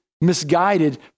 misguided